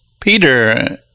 Peter